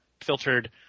filtered